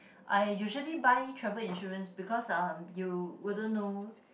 I usually buy travel insurance because uh you wouldn't know